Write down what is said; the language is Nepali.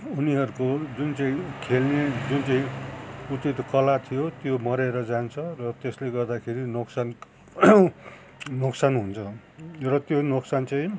उनीहरूको जुन चाहिँ खेल्ने जुन चाहिँ उचित कला थियो त्यो मरेर जान्छ र त्यसले गर्दाखेरि नोक्सान नोक्सान हुन्छ र त्यो नोक्सान चाहिँ